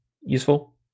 useful